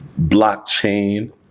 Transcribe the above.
blockchain